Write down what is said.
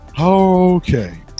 Okay